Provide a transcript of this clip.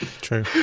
true